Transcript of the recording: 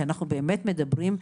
אנחנו באמת מדברים,